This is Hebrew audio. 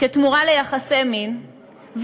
כתמורה ליחסי מין,